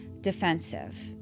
defensive